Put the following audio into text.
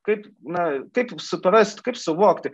kaip na taip suprast kaip suvokti